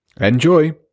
Enjoy